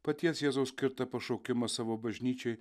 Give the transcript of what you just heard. paties jėzaus skirtą pašaukimą savo bažnyčiai